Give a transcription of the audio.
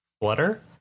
flutter